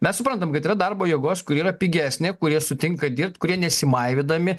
mes suprantam kad yra darbo jėgos kuri yra pigesnė kurie sutinka dirbt kurie nesimaivydami